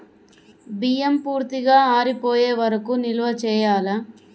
బియ్యం పూర్తిగా ఆరిపోయే వరకు నిల్వ చేయాలా?